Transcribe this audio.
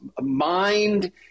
mind